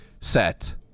Set